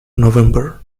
november